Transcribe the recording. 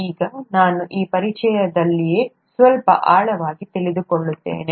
ಈಗ ನಾನು ಈ ಪರಿಚಯದಲ್ಲಿಯೇ ಸ್ವಲ್ಪ ಆಳವಾಗಿ ತಿಳಿದುಕೊಳ್ಳುತ್ತೇನೆ